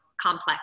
complex